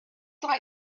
like